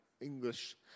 English